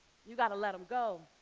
you gotta let them go.